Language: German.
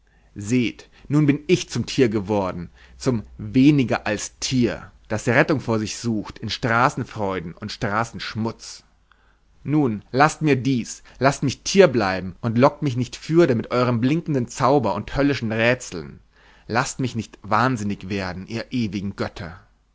seht nun bin ich zum tier geworden zum weniger als tier das rettung vor sich sucht in straßenfreuden und straßenschmutz nun laßt mir dies laßt mich tier bleiben und lockt mich nicht fürder mit eurem blinkenden zauber und höllischen rätseln laßt mich nicht wahnsinnig werden ihr ewigen götter